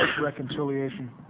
reconciliation